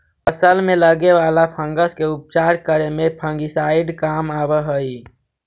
फसल में लगे वाला फंगस के उपचार करे में फंगिसाइड काम आवऽ हई